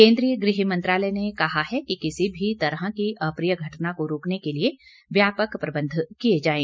केंद्रीय गृह मंत्रालय ने कहा है कि किसी भी तरह की अप्रिय घटना को रोकने के लिए व्यापक प्रबंध किए जाएं